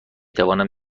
توانم